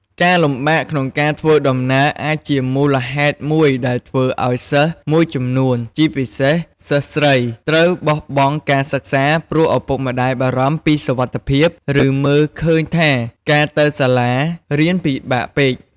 ការលំបាកក្នុងការធ្វើដំណើរអាចជាមូលហេតុមួយដែលធ្វើឱ្យសិស្សមួយចំនួន ជាពិសេសសិស្សស្រី ត្រូវបោះបង់ការសិក្សាព្រោះឪពុកម្ដាយបារម្ភពីសុវត្ថិភាព ឬមើលឃើញថាការទៅសាលារៀនពិបាកពេក។